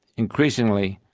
increasingly,